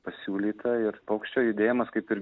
pasiūlyta ir paukščio judėjimas kaip ir